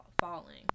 falling